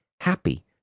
happy